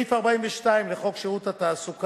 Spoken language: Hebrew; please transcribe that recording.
סעיף 42 לחוק שירות התעסוקה,